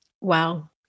Wow